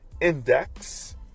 Index